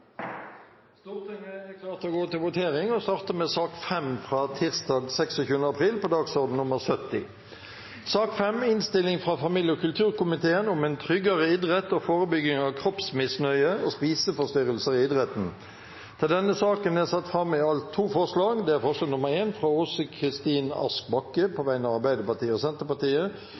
Stortinget tar pause i forhandlingene, og det ringes til votering. Stortinget er klar til å gå til votering, og vi starter med sak nr. 5, fra tirsdag 26. april, på dagsorden nr. 70. Under debatten er det satt fram i alt to forslag. Det er forslag nr. 1, fra Åse Kristin Ask Bakke på vegne av Arbeiderpartiet og Senterpartiet